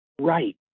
Right